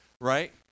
right